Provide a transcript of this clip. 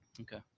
okay